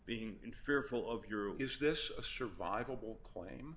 being in fearful of your is this a survivable claim